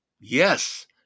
Yes